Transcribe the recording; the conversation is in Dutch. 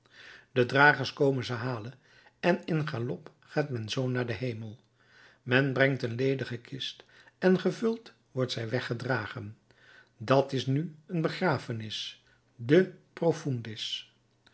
de dragers komen ze halen en in galop gaat men zoo naar den hemel men brengt een ledige kist en gevuld wordt zij weggedragen dat is nu een begrafenis de